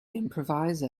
improvise